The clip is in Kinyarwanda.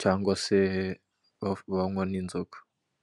cyangwa se banywa n'inzoga.